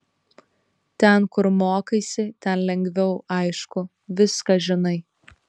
ten kur mokaisi ten lengviau aišku viską žinai